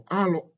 alo